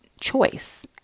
choice